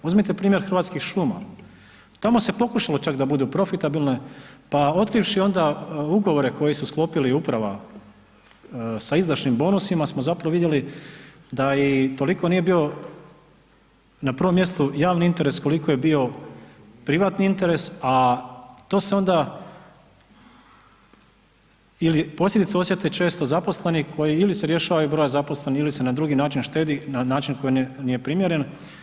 Uzmite primjer Hrvatskih šuma, tamo se pokušalo čak da budu profitabilne pa otkrivši onda ugovore koje su sklopili uprava sa izdašnim bonusima smo zapravo vidjeli da i toliko nije bio na prvom mjestu javni interes koliko je bio privatni interes, a to se onda ili posljedice osjete često zaposleni koji ili se rješavaju broja zaposlenih ili se na drugi način štedi na način koji nije primjeren.